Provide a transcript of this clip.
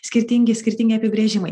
skirtingi skirtingi apibrėžimai